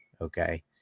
okay